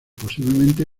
posiblemente